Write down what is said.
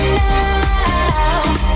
now